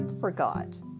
forgot